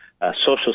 social